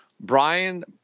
Brian